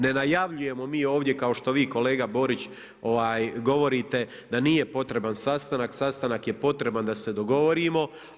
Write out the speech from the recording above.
Ne najavljujemo mi ovdje kao što vi kolega Borić govorite da nije potreban sastanak, sastanak je potreban da se dogovorimo.